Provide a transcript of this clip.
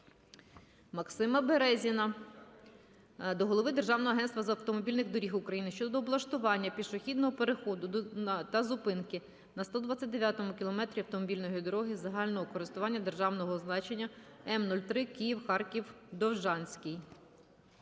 Максима Березіна до Голови Державного агентства автомобільних доріг України щодо облаштування пішохідного переходу та зупинки на 129 км автомобільної дороги загального користування державного значення М-03 Київ-Харків-Довжанський.